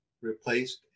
replaced